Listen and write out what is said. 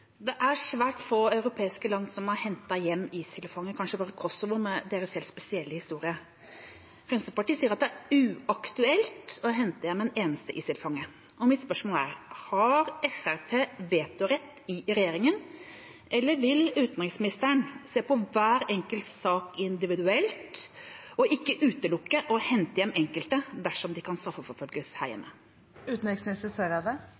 Det er svært få europeiske land som har hentet hjem ISIL-fanger, kanskje bare Kosovo, med deres helt spesielle historie. Fremskrittspartiet sier at det er uaktuelt å hente hjem en eneste ISIL-fange. Mitt spørsmål er: Har Fremskrittspartiet vetorett i regjeringa, eller vil utenriksministeren se på hver enkelt sak individuelt og ikke utelukke å hente hjem enkelte dersom de kan straffeforfølges